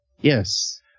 yes